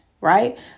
right